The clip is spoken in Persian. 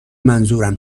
منظورم